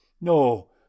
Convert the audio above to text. No